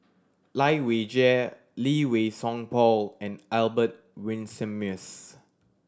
Lai Weijie Lee Wei Song Paul and Albert Winsemius